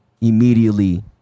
immediately